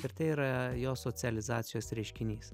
ir tai yra jo socializacijos reiškinys